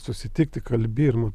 susitikti kalbi ir nu